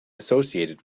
associated